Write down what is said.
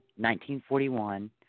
1941